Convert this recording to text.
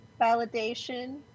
validation